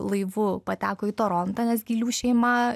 laivu pateko į torontą nes gylių šeima